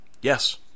Yes